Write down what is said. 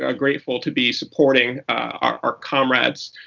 ah grateful to be supporting our comrades,